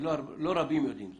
ולא רבים יודעים זאת.